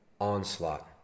onslaught